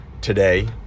today